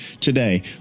Today